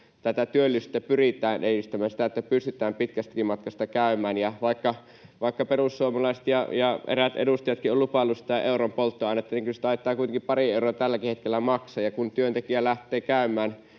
tätä työllisyyttä pyritään edistämään, että pystytään pitkästäkin matkasta käymään. Vaikka perussuomalaiset, eräät edustajatkin, ovat lupailleet sitä euron polttoainetta, niin kyllä se taitaa kuitenkin pari euroa tälläkin hetkellä maksaa. Ja kun työntekijä sitten lähtee käymään